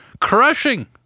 crushing